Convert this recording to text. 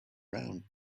round